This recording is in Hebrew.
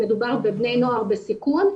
מדובר בבני נוער בסיכון,